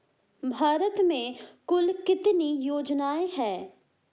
भारत में कुल कितनी योजनाएं हैं?